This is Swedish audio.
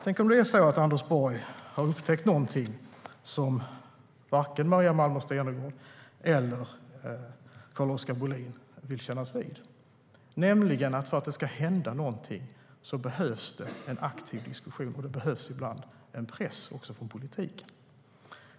Tänk om det är så att Anders Borg har upptäckt någonting som varken Maria Malmer Stenergard eller Carl-Oskar Bohlin vill kännas vid, nämligen att för att det ska hända någonting behövs det en aktiv diskussion och ibland en press också från politiken.